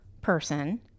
person